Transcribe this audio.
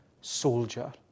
soldier